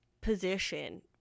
position